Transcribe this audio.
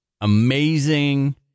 amazing